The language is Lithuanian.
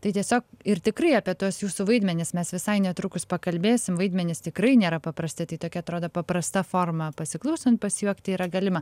tai tiesiog ir tikrai apie tuos jūsų vaidmenis mes visai netrukus pakalbėsim vaidmenys tikrai nėra paprasti tai tokia atrodo paprasta forma pasiklausant pasijuokti yra galima